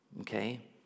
okay